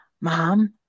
mom